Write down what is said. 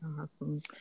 Awesome